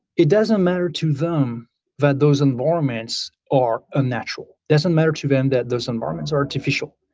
it doesn't matter to them that those environments are unnatural. doesn't matter to them that those environments are artificial.